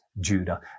Judah